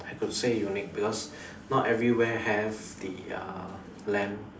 I could say unique because not everywhere have the uh lamb